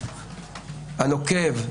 הנוקב,